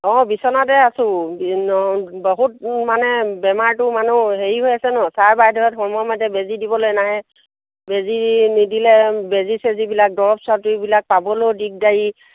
অঁ বিচনাতে আছোঁ বহুত মানে বেমাৰটো মানুহ হেৰি হৈ আছে নহয় ছাৰ বাইদেউহঁত সময়মতে বেজী দিবলৈ নাহে বেজী নিদিলে বেজী চেজীবিলাক দৰৱ চাতিবিলাক পাবলৈয়ো দিগদাৰি